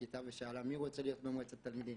לכיתה ושאלה מי רוצה להיות במועצת תלמידים.